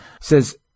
says